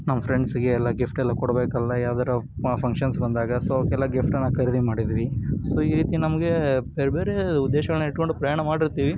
ನಮ್ಮ ಫ್ರೆಂಡ್ಸಿಗೆ ಎಲ್ಲ ಗಿಫ್ಟೆಲ್ಲ ಕೊಡಬೇಕಲ್ಲ ಯಾವ್ದಾರು ಫಂಕ್ಷನ್ಸ್ ಬಂದಾಗ ಸೊ ಅವ್ರಿಗೆಲ್ಲ ಗಿಫ್ಟನ್ನು ಖರೀದಿ ಮಾಡಿದ್ವಿ ಸೊ ಈ ರೀತಿ ನಮಗೆ ಬೇರೆಬೇರೆ ಉದ್ದೇಶಗಳನ್ನ ಇಟ್ಕೊಂಡು ಪ್ರಯಾಣ ಮಾಡಿರ್ತೀವಿ